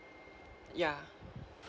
ya